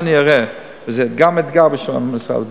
זה גם אתגר של משרד הבריאות.